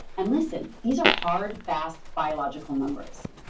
and listen, these are hard fast biological numbers.